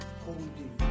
holding